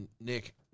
Nick